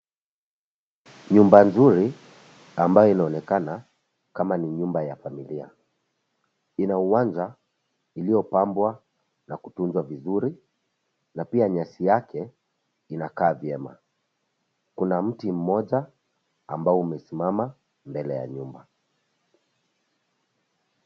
Nyumba nzuri, ambayo inaonekana kama ni nyumba ya familia. Ina uwanja, iliyopambwa na kutunza vizuri, na pia nyasi yake inakaa vyema. Kuna mti mmoja, ambao umesimama mbele ya nyumba.